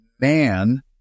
man